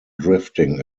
drifting